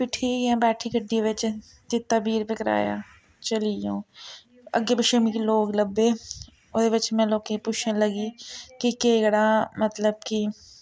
फ्ही ठीक ऐ बैठी गड्डी बिच्च दित्ता बीह् रपेऽ कराया चली गेई आ'ऊं अग्गें पिच्छे मिकी लोक लब्भे ओह्दे बिच्च में लोकें गी पुच्छन लगी कि केह् केह्ड़ा मतलब कि